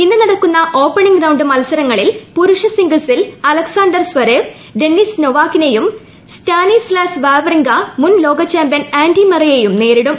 ഇന്ന് നടക്കുന്ന opening round മത്സരങ്ങളിൽ പുരുഷ സിംഗിൾസിൽ അലക്സാണ്ടർ സ്വെരേവ് ഡെന്നിസ് നോവാക്കിനെയും സ്റ്റാനിസ്ലാസ് വാവ്റിങ്ക മുൻ ലോക ചാമ്പ്യൻ ആൻഡി മുറെയെയും നേരിടും